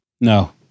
No